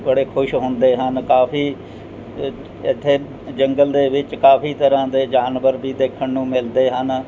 ਬੜੇ ਖੁਸ਼ ਹੁੰਦੇ ਹਨ ਕਾਫੀ ਇ ਇੱਥੇ ਜੰਗਲ ਦੇ ਵਿੱਚ ਕਾਫੀ ਤਰ੍ਹਾਂ ਦੇ ਜਾਨਵਰ ਵੀ ਦੇਖਣ ਨੂੰ ਮਿਲਦੇ ਹਨ